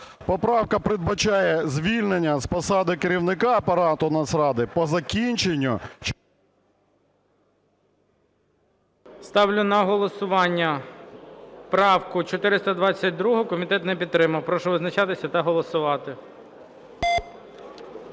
Поправка передбачає звільнення з посади керівника апарату Нацради по закінченню… ГОЛОВУЮЧИЙ. Ставлю на голосування правку 422. Комітет не підтримав. Прошу визначатися та голосувати.